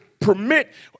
permit